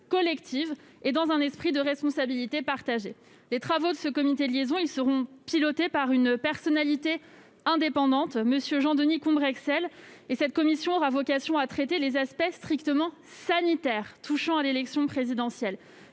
collective, dans un esprit de responsabilité partagée. Les travaux dudit comité de liaison seront pilotés par une personnalité indépendante, M. Jean-Denis Combrexelle. Cette commission aura vocation à traiter les aspects strictement sanitaires touchant à l'élection présidentielle.